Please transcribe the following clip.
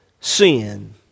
sin